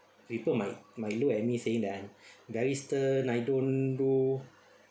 people might might look at me saying that I'm very stern I don't do